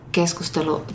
keskustelu